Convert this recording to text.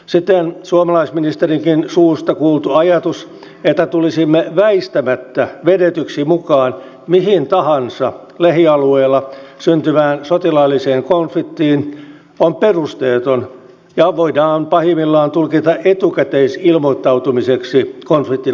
siten suomalaisministerinkin suusta kuultu ajatus että tulisimme väistämättä vedetyksi mukaan mihin tahansa lähialueella syntyvään sotilaalliseen konfliktiin on perusteeton ja voidaan pahimmillaan tulkita etukäteisilmoittautumiseksi konfliktin osapuoleksi